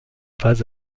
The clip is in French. pas